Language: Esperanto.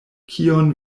kion